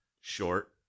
short